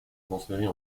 transférées